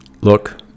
Look